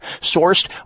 sourced